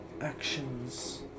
actions